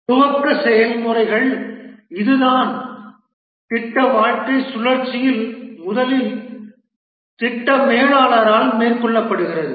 துவக்க செயல்முறைகள் இதுதான் திட்ட வாழ்க்கைச் சுழற்சியில் முதலில் திட்ட மேலாளரால் மேற்கொள்ளப்படுகிறது